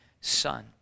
son